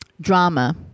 drama